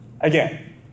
again